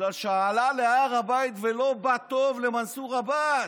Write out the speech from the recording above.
בגלל שעלה להר הבית ולא בא טוב למנסור עבאס.